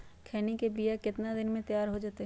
खैनी के बिया कितना दिन मे तैयार हो जताइए?